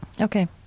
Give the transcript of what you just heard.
okay